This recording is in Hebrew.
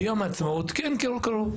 ביום העצמאות כן קראו.